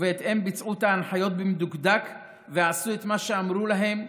ובהתאם ביצעו את ההנחיות במדוקדק ועשו את מה שאמרו להם,